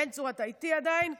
בן צור, אתה עדיין איתי?